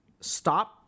stop